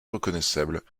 reconnaissables